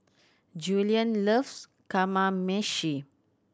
Julien loves Kamameshi